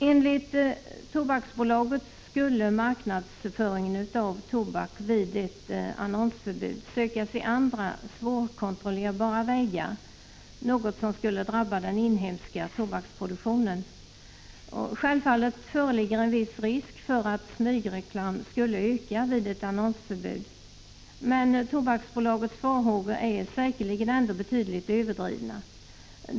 Enligt Tobaksbolaget skulle marknadsföringen av tobak vid ett annonseringsförbud söka sig andra, svårkontrollerbara vägar, något som skulle drabba den inhemska tobaksproduktionen. Självfallet föreligger en viss risk för att smygreklamen skulle öka vid ett annonseringsförbud, men Tobaksbolagets farhågor är säkerligen ändå betydligt överdrivna.